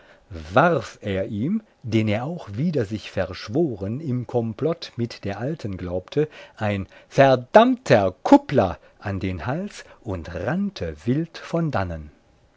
warf er ihm den er auch wider sich verschworen im komplott mit der alten glaubte ein verdammter kuppler an den hals und rannte wild von dannen